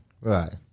Right